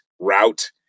route